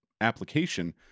application